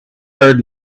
heard